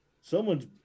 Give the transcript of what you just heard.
Someone's